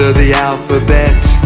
the the alphabet